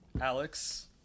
Alex